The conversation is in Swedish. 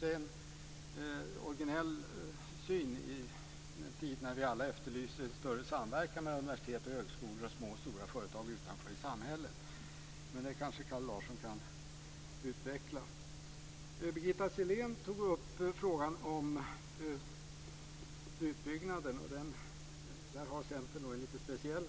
Det är en originell syn i en tid när vi alla efterlyser en större samverkan mellan universitet och högskolor och små och stora företag ute i samhället. Kalle Larsson kanske kan utveckla detta. Birgitta Sellén tog upp frågan om utbyggnaden. Där har Centern en lite speciell